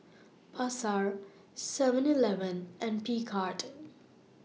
Pasar Seven Eleven and Picard